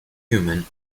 human